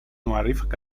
أعرّفك